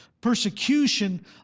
persecution